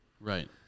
Right